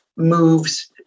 Moves